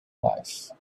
life